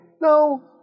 No